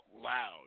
loud